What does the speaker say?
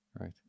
Right